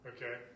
Okay